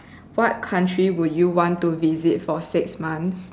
what country would you want to visit for six months